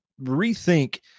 rethink